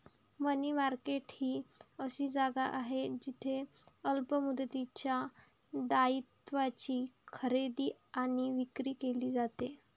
मनी market ही अशी जागा आहे जिथे अल्प मुदतीच्या दायित्वांची खरेदी आणि विक्री केली जाते